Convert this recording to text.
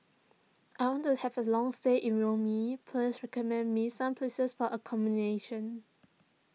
I want to have a long stay in Rome please recommend me some places for accommodation